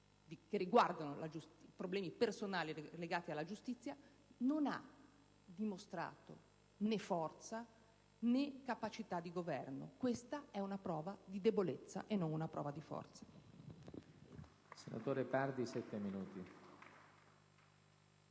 parlamentare su problemi personali legati alla giustizia non ha dimostrato né forza né capacità di governo. Questa è una prova di debolezza, non una prova di forza.